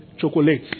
chocolate